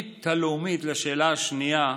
לשאלה השנייה,